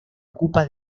ocupa